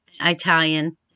Italian